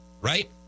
right